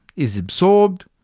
is absorbed,